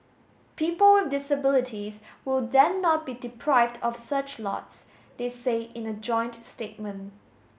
people with disabilities will then not be deprived of such lots they say in a joint statement